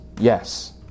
yes